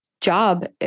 job